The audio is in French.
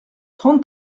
trente